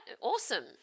Awesome